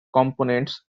components